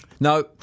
No